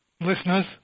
listeners